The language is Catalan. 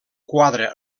quadre